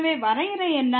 எனவே வரையறை என்ன